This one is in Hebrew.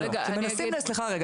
סליחה.